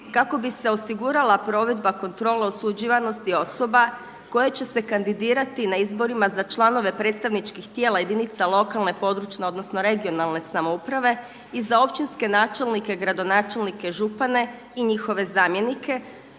kako bi se osigurala provedba kontrole osuđivanosti osoba koje će se kandidirati na izborima za članove predstavničkih tijela jedinice lokalne (regionalne) i područne samouprave i za općinske načelnike, gradonačelnike, župane i njihove zamjenike